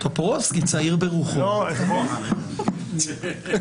טופורובסקי צעיר ברוחו, ואני לא.